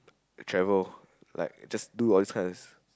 travel like just do all these kinds